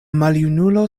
maljunulo